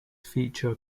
feature